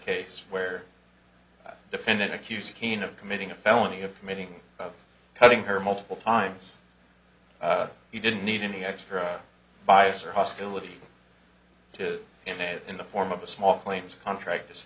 case where a defendant accused cain of committing a felony of committing of cutting her multiple times you didn't need any extra bias or hostility to in a in the form of a small claims contract